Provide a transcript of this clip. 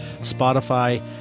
Spotify